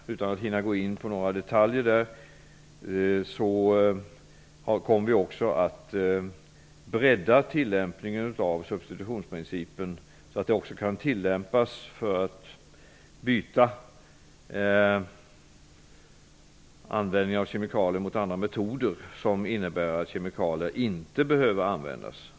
Utan möjlighet att hinna gå in på några detaljer i denna vill jag ändå säga att vi kommer att bredda tillämpningen av subsitutionsprincipen, så att den också kan tillämpas för att ersätta användning av kemikalier med andra metoder som innebär att kemikalier inte behöver användas.